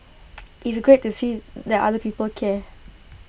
it's great to see that other people care